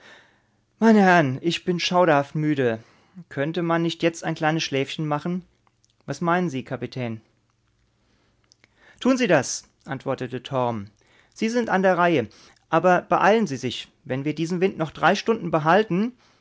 meine herren ich bin schauderhaft müde könnte man nicht jetzt ein kleines schläfchen machen was meinen sie kapitän tun sie das antwortete torm sie sind an der reihe aber beeilen sie sich wenn wir diesen wind noch drei stunden behalten